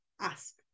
ask